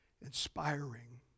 inspiring